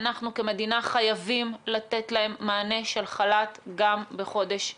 אנחנו כמדינה חייבים לתת להם מענה של חל"ת גם בחודש יוני,